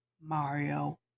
Mario